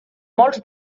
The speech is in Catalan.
molts